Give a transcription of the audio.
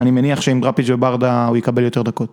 אני מניח שעם רפיג' וברדה הוא יקבל יותר דקות.